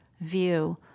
view